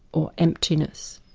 or emptiness.